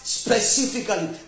specifically